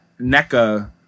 NECA